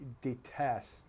detest